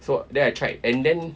so then I tried and then